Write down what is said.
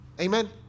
Amen